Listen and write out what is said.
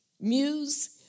muse